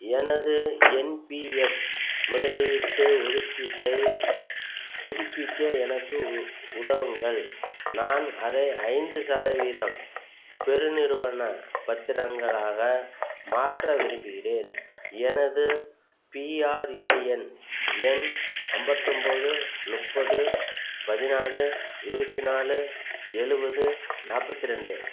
எனது என்பிஎஸ் முதலீட்டு ஒதுக்கீட்டைப் புதுப்பிக்க எனக்கு உ உதவுங்கள் நான் அதை ஐந்து சதவீதம் பெருநிறுவனப் பத்திரங்களாக மாற்ற விரும்புகிறேன் எனது பிஆர்ஏஎன் எண் ஐம்பத்தொம்போது முப்பது பதினாலு இருபத்தி நாலு எழுவது நாற்பத்தி ரெண்டு